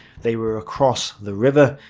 they were across the river,